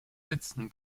sitzen